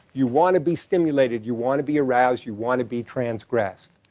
you want to be stimulated. you want to be aroused. you want to be transgressed.